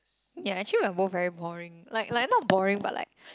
ya actually we're both very boring like like not boring but like